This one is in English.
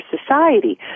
society